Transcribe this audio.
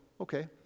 okay